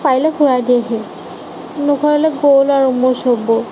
কাইলে ঘূৰাই দিম আহিম নুঘূৰালে গ'ল আৰু মোৰ চববোৰ